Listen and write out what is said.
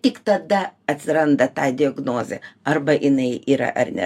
tik tada atsiranda ta diagnozė arba jinai yra ar ne